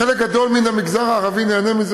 חלק גדול מן המגזר הערבי נהנה מזה,